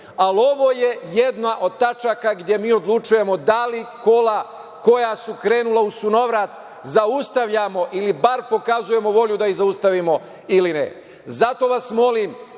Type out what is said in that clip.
Ali, ovo je jedna od tačaka gde mi odlučujemo da li kola koja su krenula u sunovrat zaustavljamo ili bar pokazujemo volju da ih zaustavimo ili ne. Zato vas molim,